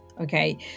okay